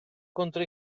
contro